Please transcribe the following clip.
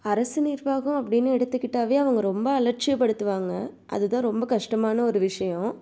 அரசு நிர்வாகம் அப்படின்னு எடுத்துக்கிட்டாவே அவங்க ரொம்ப அலட்சியப்படுத்துவாங்க அது தான் ரொம்ப கஷ்டமான ஒரு விஷயம்